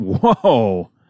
Whoa